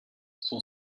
son